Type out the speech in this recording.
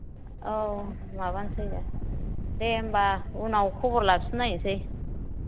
औ माबानोसै दे दे होमबा उनाव खबर लाफिननायनोसै